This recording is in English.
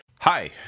Hi